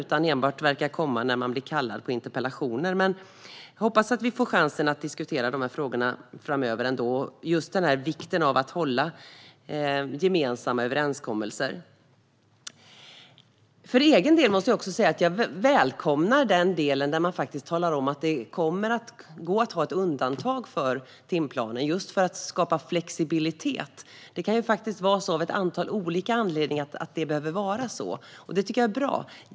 Han verkar enbart komma när han blir kallad till interpellationsdebatter. Jag hoppas ändå att vi får chansen att diskutera frågorna framöver. Det handlar just om vikten av att hålla gemensamma överenskommelser. För egen del välkomnar jag den del där man talar om att det kommer att gå att ha ett undantag för timplanen för att skapa flexibilitet. Det kan finnas ett antal olika anledningar till att det behöver vara så, och det tycker jag är bra.